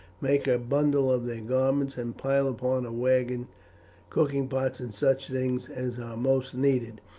make a bundle of their garments, and pile upon a wagon cooking pots and such things as are most needed,